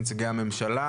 נציגי הממשלה